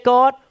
God